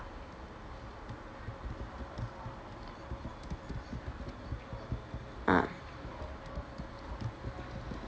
ah